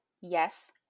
yes